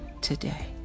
today